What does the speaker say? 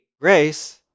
Grace